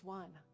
one